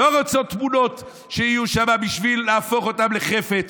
לא רוצות תמונות שיהיו שם בשביל להפוך אותן לחפץ,